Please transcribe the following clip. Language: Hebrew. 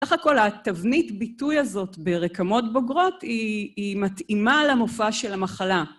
ככה כל התבנית ביטוי הזאת ברקמות בוגרות היא מתאימה למופע של המחלה.